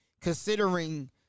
considering